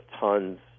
tons